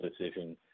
decision